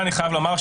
זה ברור לנו.